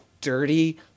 dirty